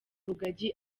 rugagi